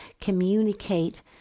communicate